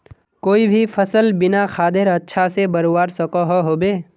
कोई भी सफल बिना खादेर अच्छा से बढ़वार सकोहो होबे?